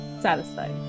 satisfied